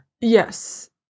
Yes